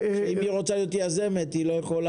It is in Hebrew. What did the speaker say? אם היא רוצה להיות יזמת, היא אפילו לא יכולה.